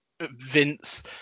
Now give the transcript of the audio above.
Vince